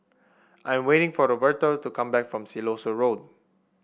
I'm waiting for Roberto to come back from Siloso Road